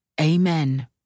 Amen